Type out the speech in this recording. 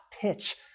pitch